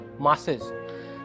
masses